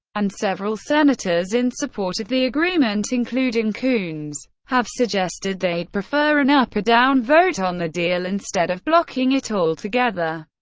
and several senators in support of the agreement, including including coons, have suggested they'd prefer an up-or-down vote on the deal instead of blocking it altogether.